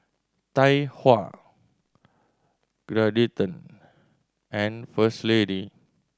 Tai Hua Geraldton and First Lady